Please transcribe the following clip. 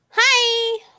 hi